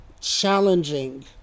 challenging